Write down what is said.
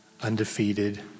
undefeated